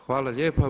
Hvala lijepa.